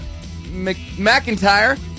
McIntyre